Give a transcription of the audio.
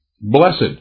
Blessed